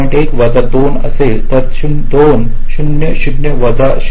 1 वजा 2 असेल ते 2 0 0 वजा 0